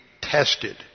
tested